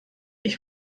ich